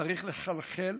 צריך לחלחל,